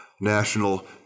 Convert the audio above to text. national